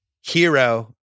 hero